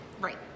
right